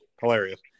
hilarious